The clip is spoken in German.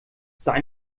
sei